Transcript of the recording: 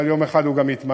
אבל יום אחד הוא יתממש.